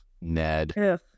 Ned